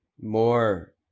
more